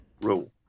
rule